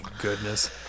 goodness